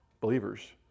Believers